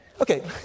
Okay